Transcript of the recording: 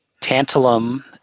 Tantalum